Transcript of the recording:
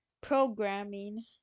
Programming